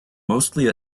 mostly